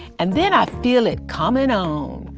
and then i feel it comin' on.